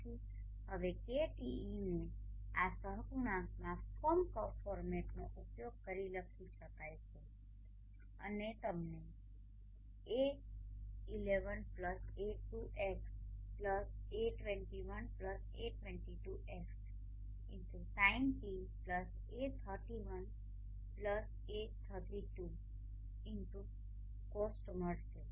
તેથી તેથી હવે KTe ને આ સહગુણાંકમાં આ ફોર્મ ફોર્મેટનો ઉપયોગ કરીને લખી શકાય છે અને તમને a11a12xa21a22xsinτa31a32xcosτ મળશે